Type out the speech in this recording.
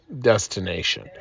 destination